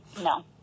No